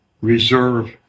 reserve